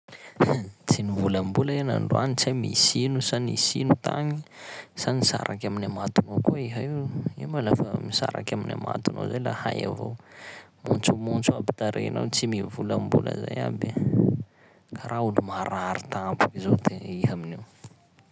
Hain! Tsy nivolambola iha n'androany tsy hay misy ino sa nisy ino tagny, sa nisaraky amin'ny amatonao koa iha io? Iha ma lafa misaraky amin'ny amatonao zay la hay avao, montsomontso aby tarehinao tsy mivolambola zay aby, karaha olo marary tampoky zao te- iha amin'io.